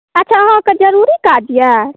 अच्छा अहाँके जरूरी काज यए